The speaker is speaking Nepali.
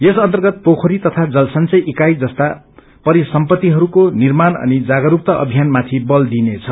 यस अन्तगत पोखरी तथा जल संचय ईकाइ जस्ता परिसम्पतिहरूको निर्माण अनि जागरूकता अभियानमाथि बल दिइनेछ